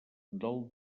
del